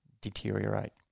deteriorate